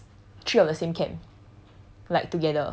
we are in likes three of the same camp